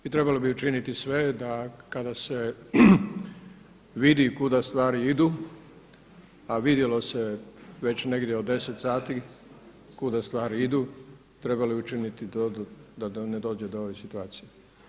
I trebalo bi učiniti sve da kada se vidi kuda stvari idu, a vidjelo se već negdje od deset sati kuda stvari idu, trebalo je učiniti da ne dođe do ove situacije.